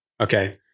Okay